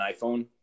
iPhone